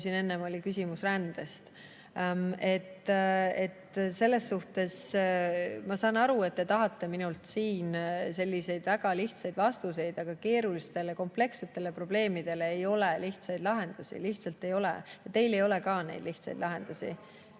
siin enne oli küsimus rändest. Ma saan aru, et te tahate minult siin selliseid väga lihtsaid vastuseid, aga keerulistele, komplekssetele probleemidele ei ole lihtsaid lahendusi, lihtsalt ei ole. Ja teil ei ole ka neid lihtsaid lahendusi.